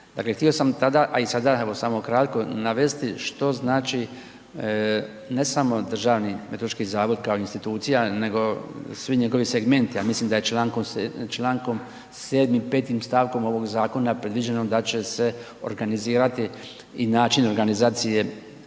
htio tada, a i sada evo samo kratko navesti što znači, ne samo Državni meteorološki zavod kao institucija, nego svi njegovi segmenti, a mislim da je Člankom 7., 5. stavkom ovog zakona predviđeno da će se organizirati i način organizacije